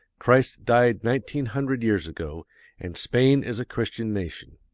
christ died nineteen hundred years ago and spain is a christian nation.